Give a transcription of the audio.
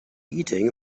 eating